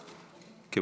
אני מקווה